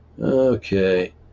Okay